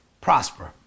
prosper